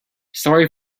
sorry